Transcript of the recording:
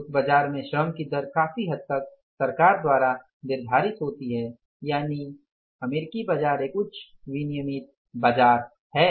उस बाजार में श्रम की दर काफी हद तक सरकार द्वारा निर्धारित होती है यानि यह उच्च विनियमित बाजार है